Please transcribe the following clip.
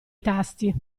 tasti